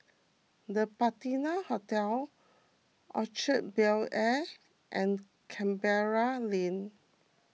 the Patina Hotel Orchard Bel Air and Canberra Lane